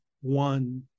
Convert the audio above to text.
one